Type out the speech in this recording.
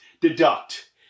deduct